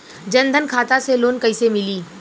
जन धन खाता से लोन कैसे मिली?